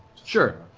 sure.